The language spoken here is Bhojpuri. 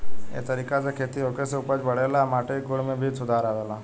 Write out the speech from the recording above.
ए तरीका से खेती होखे से उपज बढ़ेला आ माटी के गुण में भी सुधार आवेला